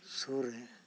ᱥᱩᱨ ᱨᱮ